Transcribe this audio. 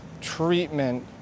treatment